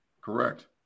Correct